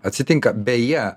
atsitinka beje